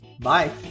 Bye